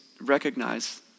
recognize